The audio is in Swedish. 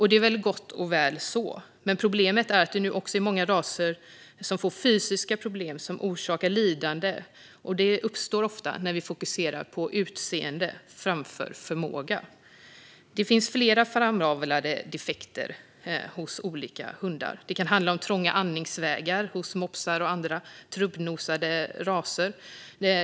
Det är gott och väl, men problemet är att många raser får fysiska problem som orsakar lidande när vi fokuserar på utseende framför förmåga. Det finns flera framavlade defekter hos olika hundar. Det kan handla om trånga andningsvägar hos mopsar och andra trubbnosade raser.